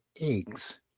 eggs